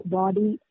body